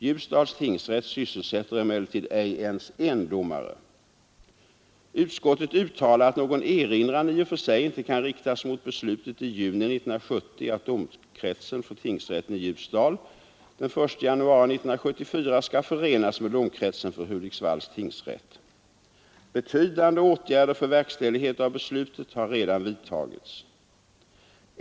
Ljusdals tingsrätt sysselsätter emellertid ej ens en domare. Utskottet uttalar att någon erinran i och för sig inte kan riktas mot beslutet i juni 1970 att domkretsen för tingsrätten i Ljusdal den 1 januari 1974 skall förenas med domkretsen för Hudiksvalls tingsrätt. Betydande åtgärder för verkställighet av beslutet har redan vidtagits.